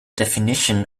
definition